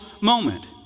moment